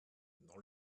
dans